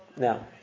now